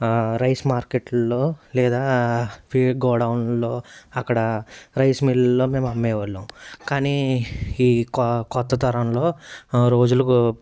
rice మార్కెట్లో లేదా fake గోడౌన్లో అక్కడ రైస్ మిల్లులో మేము అమ్మేవాళ్లం కానీ ఈ కొ కొత్త తరంలో రోజులకు